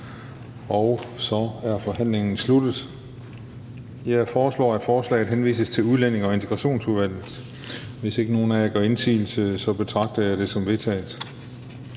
og så er forhandlingen sluttet. Jeg foreslår, at forslaget henvises til Udlændinge- og Integrationsudvalget. Hvis ikke nogen af jer gør indsigelse, betragter jeg det som vedtaget.